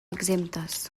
exemptes